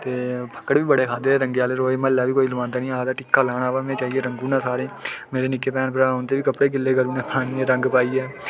ते फक्कड़ बी बड़े खाद्धे दे रंगै आह्ले रोज़ म्हल्लै बी कोई लोआंदा नेईं हा ते में टिक्का लाना ते में जाइयै रंगी ओड़ना सारें गी मेरे निक्के भैन भ्राऽ उं'दे बी कपड़े गिल्ले करी ओड़ने इ'यां रंग पाइयै